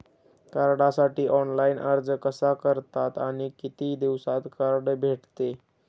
कार्डसाठी ऑनलाइन अर्ज कसा करतात आणि किती दिवसांत कार्ड भेटते?